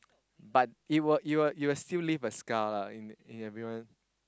but it will leave a scar in everyone